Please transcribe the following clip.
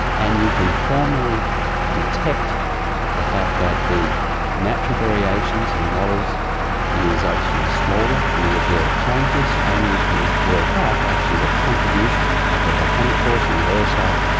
and you can formally detect the fact that the natural variations in the models is actually smaller than the observed changes and you can work out actually the contribution of the volcanic forcing, the aerosol,